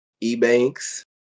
E-Banks